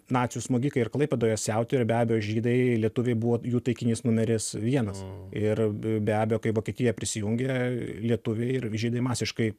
nacių smogikai ir klaipėdoje siautėjo ir be abejo žydai lietuviai buvo jų taikinys numeris vienas ir be abejo kai vokietija prisijungė lietuviai ir žydai masiškai